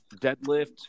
deadlift